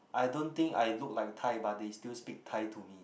I don't think I look like Thai but they still speak Thai to me